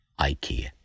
ikea